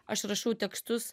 aš rašau tekstus